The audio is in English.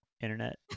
Internet